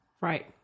right